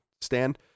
stand